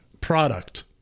product